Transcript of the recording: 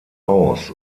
aus